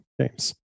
James